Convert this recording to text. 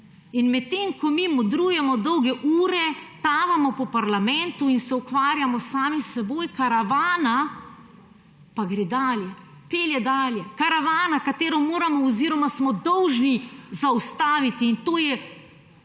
Medtem ko mi modrujemo dolge ure, tavamo po parlamentu in se ukvarjamo sami s seboj, karavana pa gre dalje, pelje dalje. Karavana, katero moramo oziroma smo dolžni zaustaviti, in to je